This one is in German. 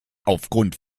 aufgrund